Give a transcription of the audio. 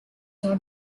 not